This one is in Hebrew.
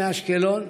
מאשקלון.